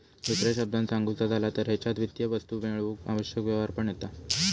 दुसऱ्या शब्दांत सांगुचा झाला तर हेच्यात वित्तीय वस्तू मेळवूक आवश्यक व्यवहार पण येता